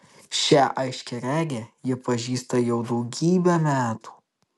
šią aiškiaregę ji pažįsta jau daugybę metų